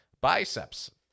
Biceps